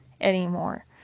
anymore